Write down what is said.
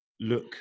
look